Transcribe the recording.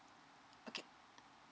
okay